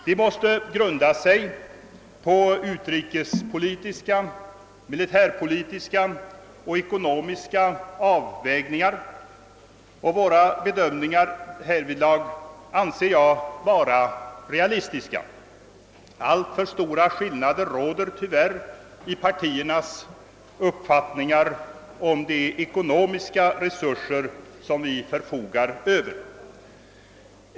Den måste grunda sig på utrikespolitiska, militärpolitiska och ekonomiska avvägningar, och våra bedömningar härvidlag anser jag vara realistiska. Alltför stora skillna der råder tyvärr mellan partiernas uppfattningar om de ekonomiska resurser som vi förfogar över.